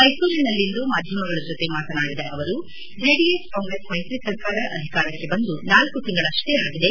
ಮೈಸೂರಿನಲ್ಲಿಂದು ಮಾಧ್ಯಮಗಳ ಜೊತೆ ಮಾತನಾಡಿದ ಅವರು ಜೆಡಿಎಸ್ ಕಾಂಗ್ರೆಸ್ ಮೈತ್ರಿ ಸರ್ಕಾರ ಅಧಿಕಾರಕ್ಷೆ ಬಂದು ನಾಲ್ಕು ತಿಂಗಳಷ್ಷೇ ಆಗಿದೆ